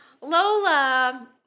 Lola